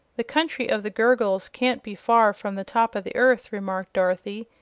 the country of the gurgles can't be far from the top of the earth, remarked dorothy.